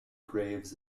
graves